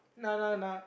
nah nah nah